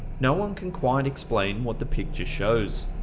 no one can quite explain what the picture shows.